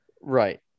Right